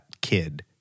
kid